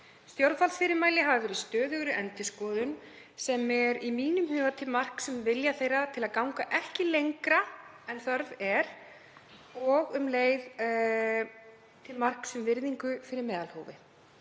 Stjórnvaldsfyrirmæli hafa verið í stöðugri endurskoðun sem er í mínum huga til marks um vilja þeirra til að ganga ekki lengra en þörf er og um leið til marks um virðingu fyrir meðalhófi.